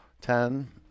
Ten